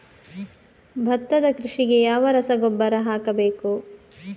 ಭತ್ತದ ಕೃಷಿಗೆ ಯಾವ ರಸಗೊಬ್ಬರ ಹಾಕಬೇಕು?